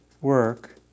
work